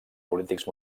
polítics